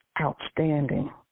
outstanding